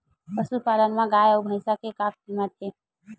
पशुपालन मा गाय अउ भंइसा के का कीमत हे?